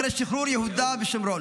אחרי שחרור יהודה ושומרון.